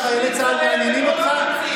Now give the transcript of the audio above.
אז חיילי צה"ל מעניינים אותך?